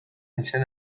izena